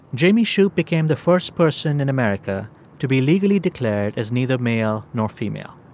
jamie shupe became the first person in america to be legally declared as neither male nor female.